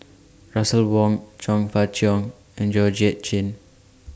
Russel Wong Chong Fah Cheong and Georgette Chen